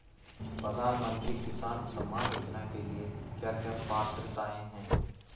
प्रधानमंत्री किसान सम्मान योजना के लिए क्या क्या पात्रताऐं हैं?